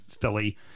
Philly